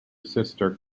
sister